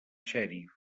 xèrif